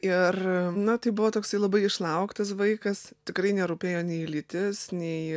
ir na tai buvo toksai labai išlauktas vaikas tikrai nerūpėjo nei lytis nei